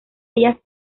ellas